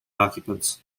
occupants